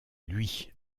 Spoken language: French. lui